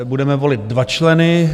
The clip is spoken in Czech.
Budeme volit dva členy.